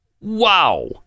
Wow